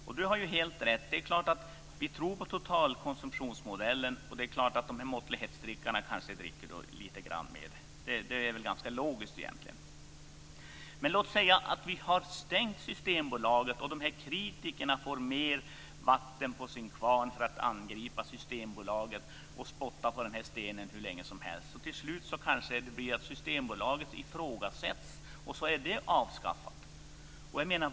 Rolf Olsson har helt rätt: Vi tror på totalkonsumtionsmodellen, och det är klart att måttlighetsdrickarna kanske skulle dricka lite mer. Det är ganska logiskt, egentligen. Men låt oss säga att vi har stängt på Systembolaget och att de kritiker som angriper Systembolaget får mer vatten på sin kvarn och spottar på den här stenen hur länge som helst. Till slut kanske Systembolaget ifrågasätts, och så är det avskaffat.